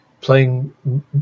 playing